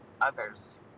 others